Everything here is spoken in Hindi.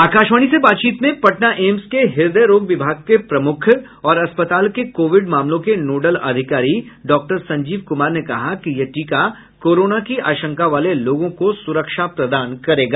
आकाशवाणी से बातचीत में पटना एम्स के हृदय रोग विभाग के प्रमुख और अस्पताल के कोविड मामलों के नोडल अधिकारी डॉक्टर संजीव कुमार ने कहा कि यह टीका कोरोना की आशंका वाले लोगों को सुरक्षा प्रदान करेगा